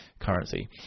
currency